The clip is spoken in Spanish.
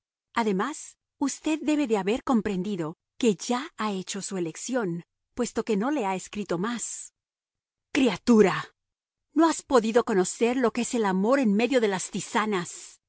además usted debe de haber comprendido que ya ha hecho su elección puesto que no le ha escrito más criatura no has podido conocer lo que es el amor en medio de las tisanas